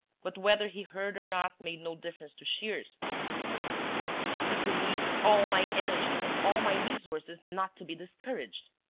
but whether he heard or not made no difference to shears, who continued it will need all my energy and all my resources not to be discouraged.